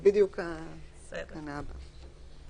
זו בדיוק התקנה הבאה.